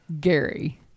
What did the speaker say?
Gary